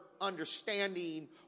understanding